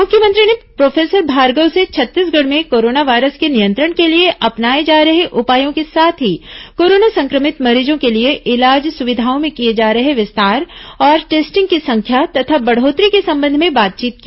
मुख्यमंत्री ने प्रोफेसर भार्गव से छत्तीसगढ़ में कोरोना वायरस के नियंत्रण के लिए अपनाए जा रहे उपायों के साथ ही कोरोना संक्रमित मरीजों के लिए इलाज सुविधाओं में किए जा रहे विस्तार और टेस्टिंग की संख्या तथा बढ़ोत्तरी के संबंध में बातचीत की